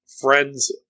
friend's